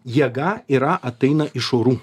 jėga yra ateina iš orų